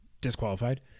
disqualified